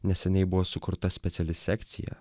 neseniai buvo sukurta speciali sekcija